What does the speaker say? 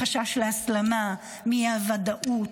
מחשש להסלמה, מאי-הוודאות,